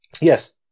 Yes